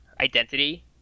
identity